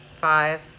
Five